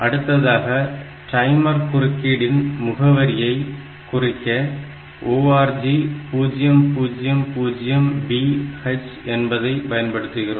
அடுத்ததாக டைமர் குறுக்கீடின் முகவரியை குறிக்க ORG 000B H என்பதை பயன்படுத்துகிறோம்